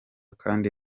kandi